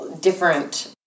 different